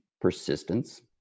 persistence